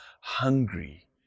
hungry